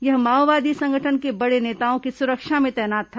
यह माओवादी संगठन के बड़े नेताओं की सुरक्षा में तैनात था